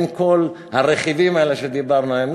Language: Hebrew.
עם כל הרכיבים האלה שדיברנו עליהם,